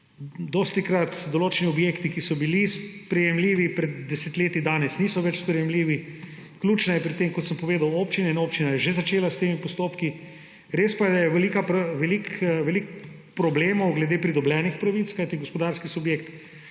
dostikrat določeni objekti, ki so bili sprejemljivi pred desetletji, danes niso več sprejemljivi. Ključna je pri tem, kot sem povedal, občina. In občina je že začela s temi postopki. Res pa je veliko problemov glede pridobljenih pravic, kajti gospodarski subjekt